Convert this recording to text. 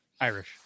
Irish